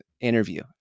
interview